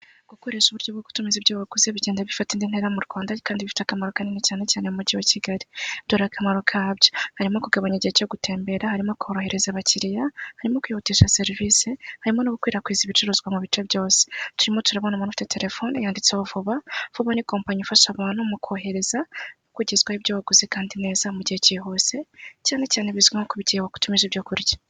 Gukoresha uburyo bwo gutumiza ibyo waguze bigenda bifata indi ntera mu Rwanda kandi bifite akamaro kanini cyane cyane mu mujyi wa Kigali. Dore akamaro kabyo: Harimo kugabanya igihe cyo gutembera, harimo korohereza abakiriya, harimo kwihutisha serivise, harimo no gukwirakwiza ibicuruzwa mu bice byose. Turimo turabona umuntu ufite telefoni yanditseho vuba, vuba ni kompanyi ifasha abantu mu kohereza kugezwaho ibyo waguze kandi neza mu gihe cyihuse, cyane cyane bizwi nko ku gihe watumije ibyo kurya.